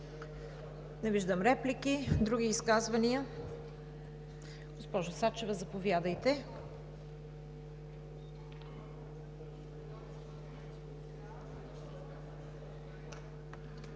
Не виждам. Други изказвания? Госпожо Сачева, заповядайте.